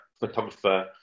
photographer